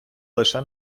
лише